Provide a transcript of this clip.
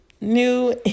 new